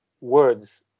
words